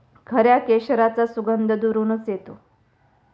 खऱ्या केशराचा सुगंध दुरूनच येतो